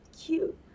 cute